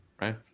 right